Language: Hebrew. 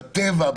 בטבע,